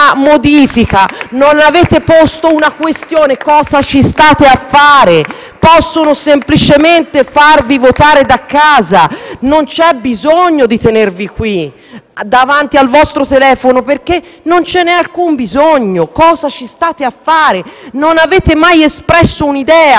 Possono semplicemente farvi votare da casa. Non c'è alcun bisogno di tenervi qui, davanti al vostro telefono. Cosa ci state a fare? Non avete mai espresso un'idea, se non quella di venire qui a dire sempre che il Governo ha ragione. Noi le nostre leggi di